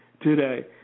today